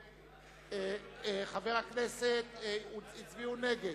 השר, אשר הצביעה והצבעתה לא נקלטה.